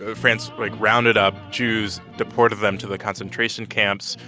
ah france, like, rounded up jews, deported them to the concentration camps.